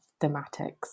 thematics